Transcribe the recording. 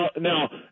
now